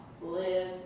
live